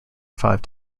five